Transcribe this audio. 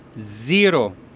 zero